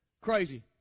Crazy